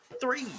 three